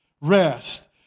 rest